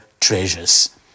treasures